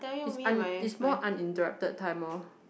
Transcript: is un~ is more uninterrupted time orh